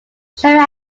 shall